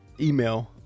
email